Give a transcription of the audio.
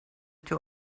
two